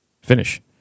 finish